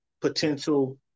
potential